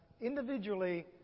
individually